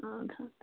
اَدٕ ہا تہٕ